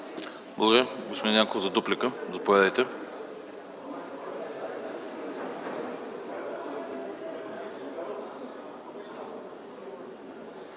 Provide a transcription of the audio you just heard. Благодаря.